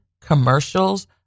commercials